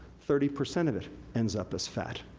thirty percent of it ends up as fat.